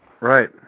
Right